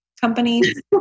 companies